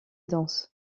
danse